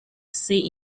say